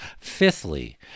Fifthly